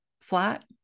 flat